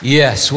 yes